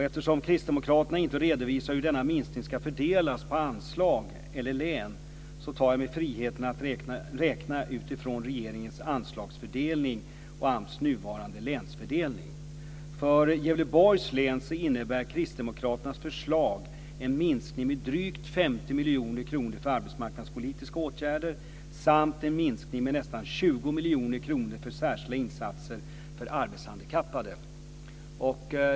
Eftersom Kristdemokraterna inte redovisar hur denna minskning ska fördelas på anslag eller län tar jag mig friheten att räkna utifrån regeringens anslagsfördelning och AMS nuvarande länsfördelning. För Gävleborgs län innebär Kristdemokraternas förslag en minskning med drygt 50 miljoner kronor för arbetsmarknadspolitiska åtgärder och en minskning med nästan 20 miljoner kronor för särskilda insatser för arbetshandikappade.